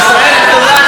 ישראל הטובה,